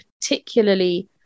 particularly